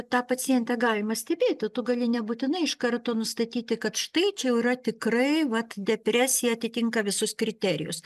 tą pacientę galima stebėti tu gali nebūtinai iš karto nustatyti kad štai čia jau yra tikrai vat depresija atitinka visus kriterijus